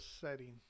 setting